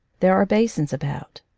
there are basins about.